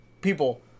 people